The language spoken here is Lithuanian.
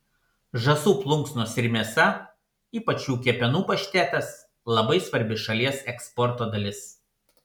žąsų plunksnos ir mėsa ypač jų kepenų paštetas labai svarbi šalies eksporto dalis